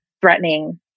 threatening